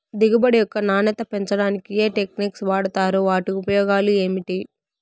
దిగుబడి యొక్క నాణ్యత పెంచడానికి ఏ టెక్నిక్స్ వాడుతారు వాటి ఉపయోగాలు ఏమిటి?